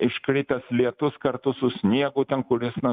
iškritęs lietus kartu su sniegu ten kur jis na